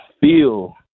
feel